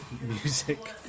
music